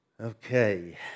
Okay